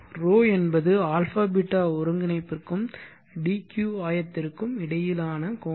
ρ என்பது αβ ஒருங்கிணைப்புக்கும் dq ஆயத்திற்கும் இடையிலான கோணம்